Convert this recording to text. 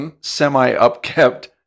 semi-upkept